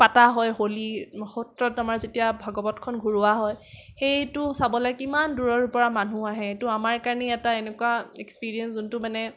পাতা হয় হোলি সত্ৰত আমাৰ যেতিয়া ভাগৱতখন ঘূৰোৱা হয় সেইটো চাবলে কিমান দূৰৰ পৰা মানুহ আহে সেইটো আমাৰ কাৰণে এটা এনেকুৱা এক্সপেৰিয়েঞ্চ যোনটো মানে